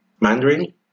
Mandarin